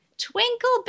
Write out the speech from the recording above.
twinkle